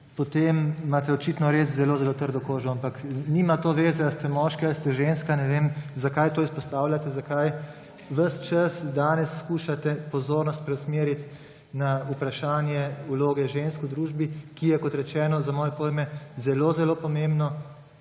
potem imate očitno res zelo zelo trdo kožo. Ampak nima to veze, ali ste moški ali ste ženska, ne vem, zakaj to izpostavljate, zakaj ves čas danes skušate pozornost preusmeriti na vprašanje vloge žensk v družbi, ki je, kot rečeno, za moje pojme zelo zelo pomembno;